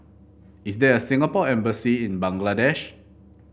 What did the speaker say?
is there a Singapore Embassy in Bangladesh